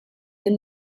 din